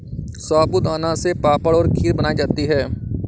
साबूदाना से पापड़ और खीर बनाई जाती है